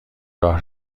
راه